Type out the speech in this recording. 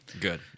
Good